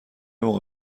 موقع